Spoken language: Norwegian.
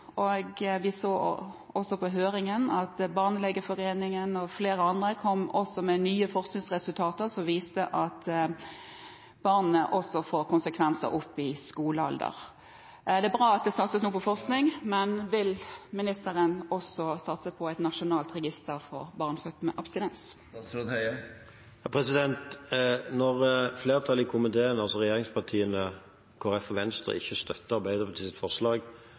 høringen kom Barnelegeforeningen og flere andre med nye forskningsresultater som viser at det får konsekvenser for barnet også opp i skolealder. Det er bra at det nå satses på forskning, men vil ministeren også satse på et nasjonalt register for barn født med abstinens? Når flertallet i komiteen, altså regjeringspartiene, Kristelig Folkeparti og Venstre, ikke støtter Arbeiderpartiets forslag